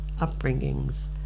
upbringings